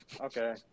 Okay